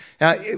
Now